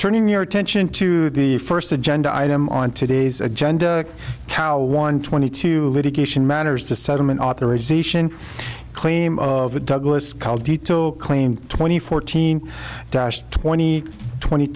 turn in your attention to the first agenda item on today's agenda coul one twenty two litigation matters the settlement authorization claim of a douglas county to claim twenty fourteen cash twenty twenty